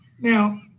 Now